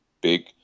big